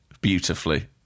beautifully